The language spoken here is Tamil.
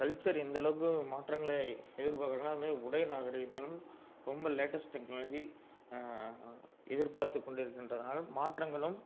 கல்ச்சர் எந்தளவுக்கு மாற்றங்களை எதிர்பார்க்குறாங்கன்னா இதை மாதிரி உடை நாகரீகத்தின் ரொம்ப லேட்டஸ்ட் டெக்னாலஜி எதிர்பார்த்து கொண்டிருக்கின்றதாலும் மாற்றங்களும்